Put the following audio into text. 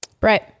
right